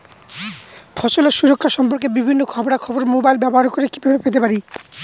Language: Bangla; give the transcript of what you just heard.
ফসলের সুরক্ষা সম্পর্কে বিভিন্ন খবরা খবর মোবাইল ব্যবহার করে কিভাবে পেতে পারি?